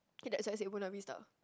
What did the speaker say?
okay that's why I said Buona-Vista